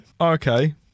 Okay